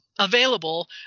Available